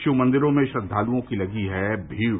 शिवमंदिरों में श्रद्वालुओं की लगी है भीड़